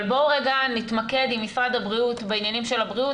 אבל בואו נתמקד עם משרד הבריאות בעניינים של הבריאות,